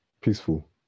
peaceful